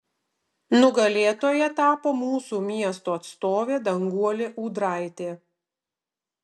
nugalėtoja tapo mūsų miesto atstovė danguolė ūdraitė